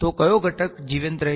તો કયો ઘટક જીવંત રહેશે